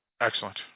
excellent